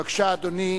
בבקשה, אדוני.